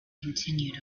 continued